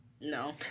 No